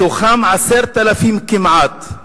מתוכם 10,000 כמעט הם